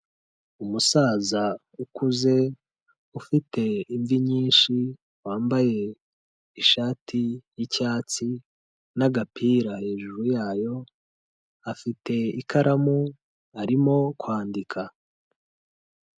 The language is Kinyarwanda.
Umusaza ukuze ufite imvi nyinshi wambaye ishati y'icyatsi n'agapira hejuru yayo, afite ikaramu arimo kwandika.